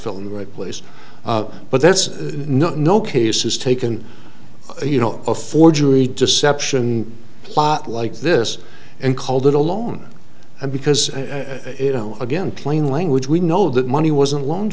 fell in the right place but that's not no case is taken you know a forgery deception plot like this and called it a loan and because you know again plain language we know that money wasn't loan